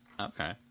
Okay